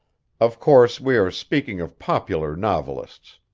of course we are speaking of popular novelists.